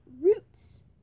roots